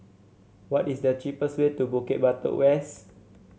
what is the cheapest way to Bukit Batok West